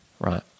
right